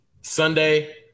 Sunday